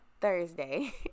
Thursday